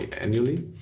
annually